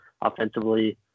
offensively